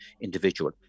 individual